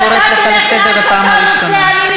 אני קוראת אותך לסדר בפעם הראשונה.